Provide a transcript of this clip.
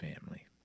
family